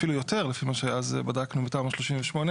אפילו יותר לפי מה שבדקנו מתמ"א 38,